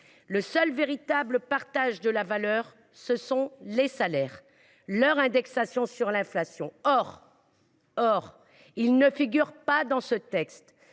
Le seul véritable partage de la valeur, ce sont les salaires et leur indexation sur l’inflation, qui ne figurent pas dans le projet